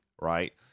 right